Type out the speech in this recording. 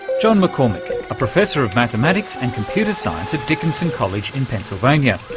john maccormick, a professor of mathematics and computer science at dickinson college in pennsylvania,